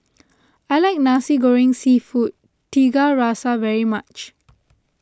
I like Nasi Goreng Seafood Tiga Rasa very much